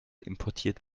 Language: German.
importiert